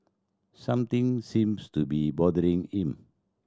something seems to be bothering him